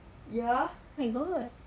oh my god